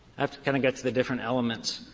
i have to kind of get to the different elements.